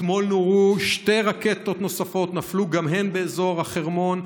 אתמול נורו שתי רקטות נוספות ונפלו גם הן באזור החרמון.